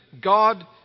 God